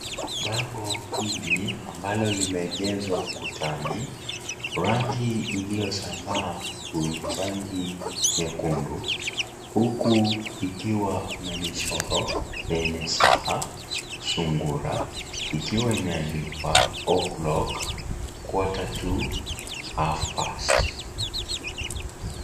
Bango hili ambalo limeegeshwa ukutani, rangi iliyosambaa ni rangi nyekundu, huku ikiwa kuna michoro yenye saa, sungura, ikiwa imeandikwa O'clock, Quarter To, Half Past .